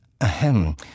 ahem